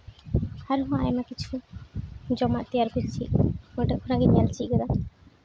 ᱟᱨᱦᱚᱸ ᱟᱭᱢᱟ ᱠᱤᱪᱷᱩ ᱡᱚᱢᱟᱜ ᱛᱮᱭᱟᱨ ᱠᱚᱧ ᱩᱱᱤ ᱴᱷᱮᱱ ᱠᱷᱚᱱᱟᱜ ᱜᱮ ᱧᱮᱞ ᱪᱮᱫ ᱠᱟᱫᱟ